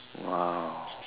!wow!